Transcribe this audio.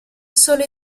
solo